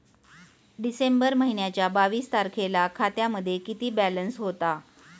डिसेंबर महिन्याच्या बावीस तारखेला खात्यामध्ये किती बॅलन्स होता?